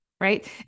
right